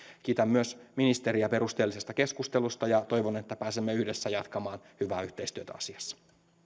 kiitän myös ministeriä perusteellisesta keskustelusta ja toivon että pääsemme yhdessä jatkamaan hyvää yhteistyötä asiassa